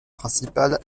principale